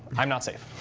i'm not safe.